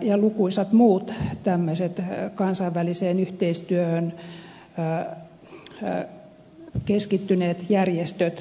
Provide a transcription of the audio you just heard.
ja lukuisat muut tämmöiset kansainväliseen yhteistyöhön keskittyneet järjestöt